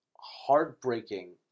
heartbreaking